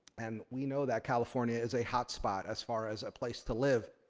and we know that california is a hot spot as far as a place to live.